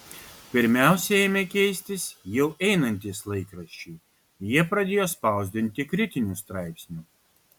pirmiausia ėmė keistis jau einantys laikraščiai jie pradėjo spausdinti kritinių straipsnių